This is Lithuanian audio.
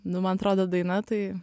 nu man atrodo daina tai